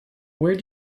where